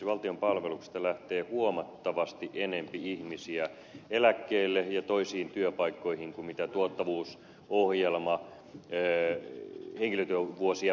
valtion palveluksesta lähtee huomattavasti enemmän ihmisiä eläkkeelle ja toisiin työpaikkoihin kuin mitä tuottavuusohjelma henkilötyövuosia vähentää